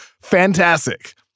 fantastic